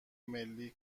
ملی